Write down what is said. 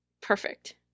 perfect